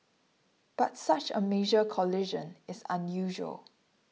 but such a major collision is unusual